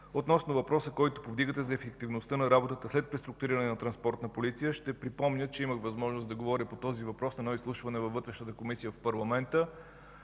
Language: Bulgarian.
Относно въпроса, който повдигате за ефективността на работата след преструктуриране на Транспортна полиция, ще припомня, че имах възможност да говоря по този въпрос на едно изслушване във Вътрешната комисия в парламента.